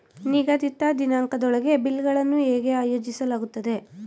ನಿಗದಿತ ದಿನಾಂಕದೊಳಗೆ ಬಿಲ್ ಗಳನ್ನು ಹೇಗೆ ಆಯೋಜಿಸಲಾಗುತ್ತದೆ?